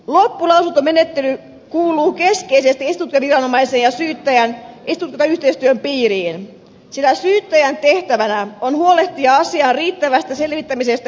loppulausuntomenettely kuuluu keskeisesti esitutkintaviranomaisen ja syyttäjän esitutkintayhteistyön piiriin sillä syyttäjän tehtävänä on huolehtia asian riittävästä selvittämisestä esitutkinnassa